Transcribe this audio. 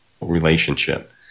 relationship